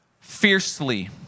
Fiercely